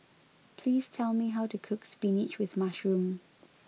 please tell me how to cook spinach with mushroom